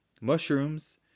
mushrooms